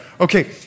Okay